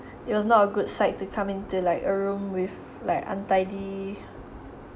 it was not a good sight to come into like a room with like untidy